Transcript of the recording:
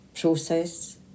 process